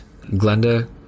Glenda